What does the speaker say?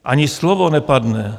Ani slovo nepadne.